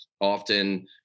often